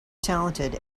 talented